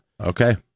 Okay